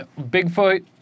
Bigfoot